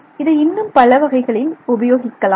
இதை இன்னும் பல வகைகளில் உபயோகிக்கலாம்